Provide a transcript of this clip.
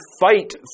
fight